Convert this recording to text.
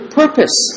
purpose